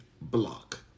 Block